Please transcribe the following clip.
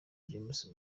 james